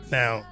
now